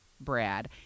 Brad